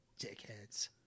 Dickheads